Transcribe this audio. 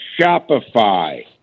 Shopify